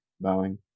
bowing